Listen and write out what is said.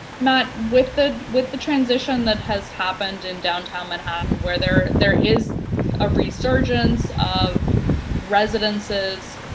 matt, with the with the transition that has happened in downtown manhattan, where there there is a resurgence of residences,